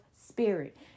spirit